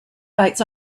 bites